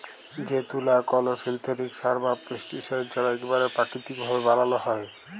যে তুলা কল সিল্থেটিক সার বা পেস্টিসাইড ছাড়া ইকবারে পাকিতিক ভাবে বালাল হ্যয়